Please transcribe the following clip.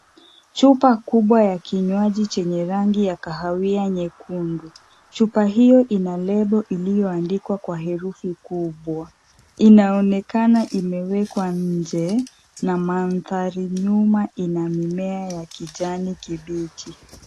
Chupa kubwa ya kinywaji chenye rangi ya kahawia nyekundu. Chupa hiyo ina lebo iliyoandikwa kwa herufi kubwa. Inaonekana imewekwa nje, na mandhari nyuma ina mimea ya kijani kibichi.